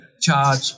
charge